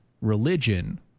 religion